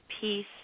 peace